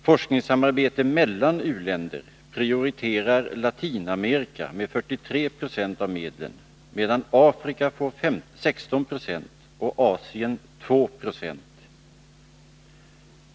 Forskningssamarbete mellan u-länder prioriterar Latinamerika med 43 96 av medlen, medan Afrika får 16 26 och Asien 2 26.